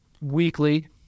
weekly